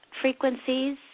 frequencies